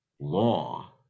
law